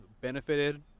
benefited